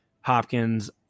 hopkins